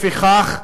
לפיכך,